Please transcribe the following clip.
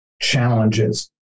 challenges